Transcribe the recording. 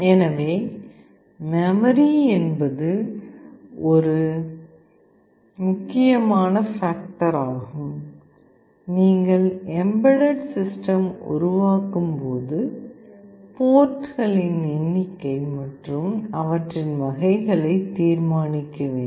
எனவே மெமரி என்பது ஒரு முக்கியமான ஃபேக்டர் ஆகும் நீங்கள் எம்பெட்டட் சிஸ்டம் உருவாக்கும் போது போர்ட்டுகளின் எண்ணிக்கை மற்றும் அவற்றின் வகைகளை தீர்மானிக்க வேண்டும்